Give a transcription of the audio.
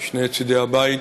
משני צדי הבית,